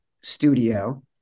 studio